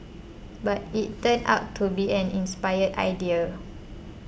but it turned out to be an inspired idea